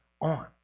on